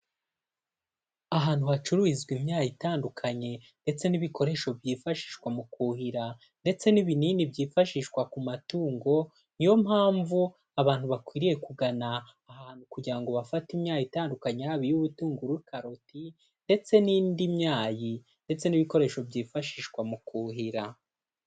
Ahantu hacururizwa imyayi itandukanye ndetse n'ibikoresho byifashishwa mu kuhira ndetse n'ibinini byifashishwa ku matungo, niyo mpamvu abantu bakwiriye kugana aha hantu kugira ngo bafate imyayi itandukanye yaba iy'ubutunguru, karoti ndetse n'indi myayi ndetse n'ibikoresho byifashishwa mu kuhira.